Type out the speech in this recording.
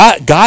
God